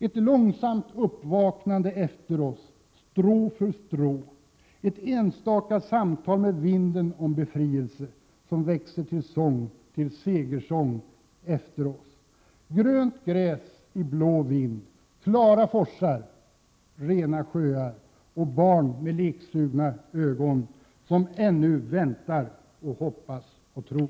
Ett långsamt uppvaknande efter oss strå för strå ett enstaka samtal med vinden om befrielse som växer till sång, till segersång efter oss: klara forsar, rena sjöar. som ännu väntar och hoppas och tror.